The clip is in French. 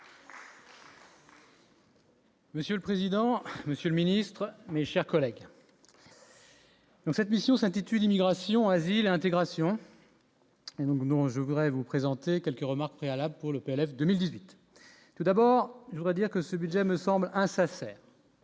Monsieur le président, Monsieur le ministre mais, chers collègues, cette mission s'intitule Immigration, asile intégration. Nous non, je voudrais vous présenter quelques remarques préalables pour le PLF 2018 tout d'abord je voudrais dire que ce budget ne semble,